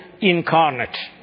incarnate